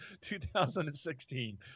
2016